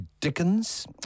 Dickens